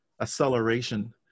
Acceleration